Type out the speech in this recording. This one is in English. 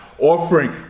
offering